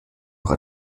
noch